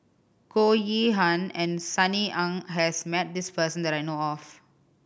Goh Yihan and Sunny Ang has met this person that I know of